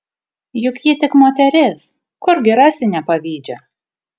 juk ji tik moteris kurgi rasi nepavydžią